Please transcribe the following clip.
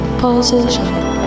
position